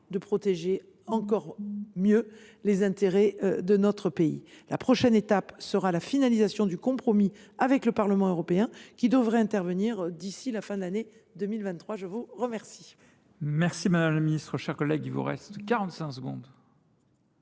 de protéger mieux encore les intérêts de notre pays. La prochaine étape sera la finalisation du compromis avec le Parlement européen, qui devrait intervenir d’ici à la fin de l’année 2023. La parole